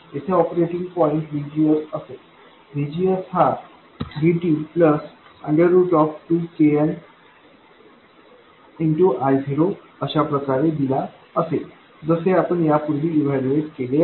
येथे operating point VGS असेल VGS हा Vt2kn I0 अशाप्रकारे दिला असेल जसे आपण यापूर्वी ईवैल्यूऐट केले आहे